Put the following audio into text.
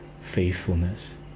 faithfulness